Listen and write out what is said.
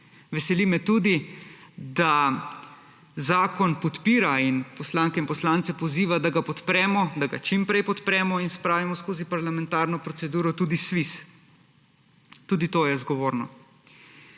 Veseli me tudi, da zakon podpira in poslanke in poslance poziva, da ga podpremo, da ga čim prej podpremo in spravimo skozi parlamentarno proceduro, tudi Sviz. Tudi to je zgovorno.